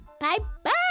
Bye-bye